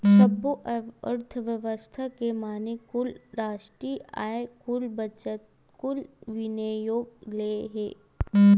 सब्बो अर्थबेवस्था के माने कुल रास्टीय आय, कुल बचत, कुल विनियोग ले हे